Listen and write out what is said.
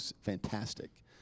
Fantastic